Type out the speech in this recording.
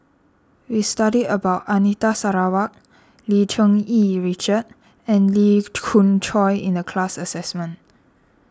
We studied about Anita Sarawak Lim Cherng Yih Richard and Lee Khoon Choy in the class assignment